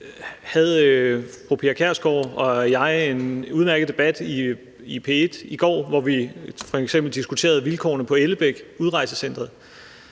havde fru Pia Kjærsgaard og jeg en udmærket debat i P1 i går, hvor vi f.eks. diskuterede vilkårene på Ellebæk, udrejsecenteret,